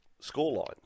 scoreline